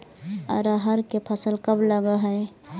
अरहर के फसल कब लग है?